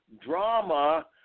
drama